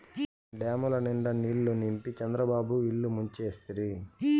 డాముల నిండా నీళ్ళు నింపి చంద్రబాబు ఇల్లు ముంచేస్తిరి